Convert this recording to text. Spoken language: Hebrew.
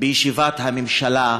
בישיבת הממשלה,